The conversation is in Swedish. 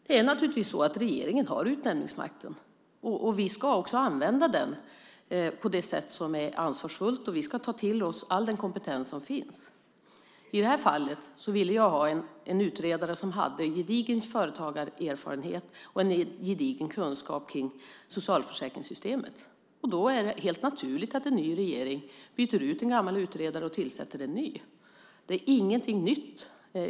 Det är naturligtvis så att regeringen har utnämningsmakten, och vi ska också använda den på ett sätt som är ansvarsfullt. Vi ska ta till oss all den kompetens som finns. I det här fallet ville jag ha en utredare som hade gedigen företagarerfarenhet och en gedigen kunskap om socialförsäkringssystemen. Då är det helt naturligt att en ny regering byter ut en gammal utredare och tillsätter en ny. Det är ingenting nytt.